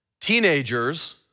Teenagers